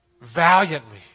valiantly